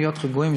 להיות רגועים,